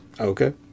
Okay